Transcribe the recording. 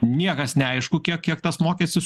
niekas neaišku kiek kiek tas mokestis